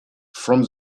from